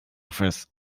office